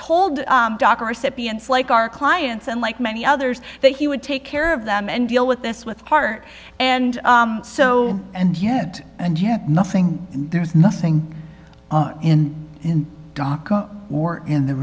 our clients and like many others that he would take care of them and deal with this with part and so and yet and yet nothing there's nothing in in dhaka or in the